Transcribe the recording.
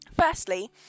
firstly